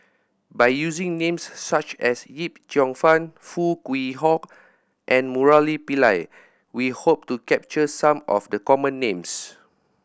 by using names such as Yip Cheong Fun Foo Kwee Horng and Murali Pillai we hope to capture some of the common names